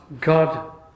God